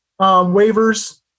waivers